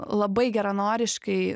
labai geranoriškai